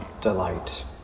delight